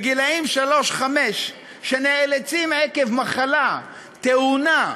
גילאי שלוש חמש, שנאלצים עקב מחלה, תאונה,